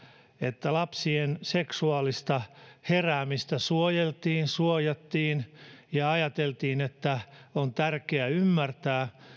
että lapsien seksuaalista heräämistä suojeltiin suojattiin ja ajateltiin että on tärkeää ymmärtää